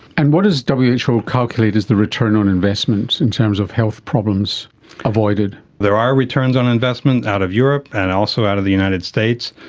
and what does the who calculate is the return on investments in terms of health problems avoided. there are returns on investment out of europe and also out of the united states.